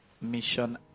mission